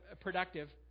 productive